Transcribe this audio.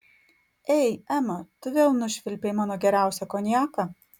ei ema tu vėl nušvilpei mano geriausią konjaką